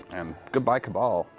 and goodbye, cabal.